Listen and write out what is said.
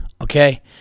okay